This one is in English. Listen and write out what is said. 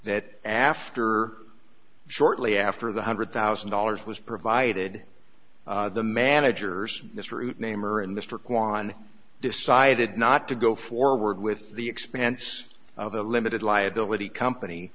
that after shortly after the hundred thousand dollars was provided the managers mistruth namer and mr kwan decided not to go forward with the expense of a limited liability company